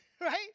right